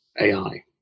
AI